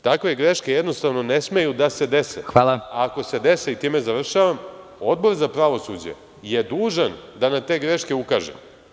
Takve greške jednostavno ne smeju da se dese, a ako se dese Odbor za pravosuđe je dužan da na te greške ukaže.